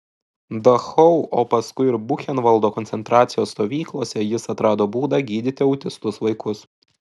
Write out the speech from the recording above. dachau o paskui ir buchenvaldo koncentracijos stovyklose jis atrado būdą gydyti autistus vaikus